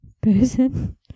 person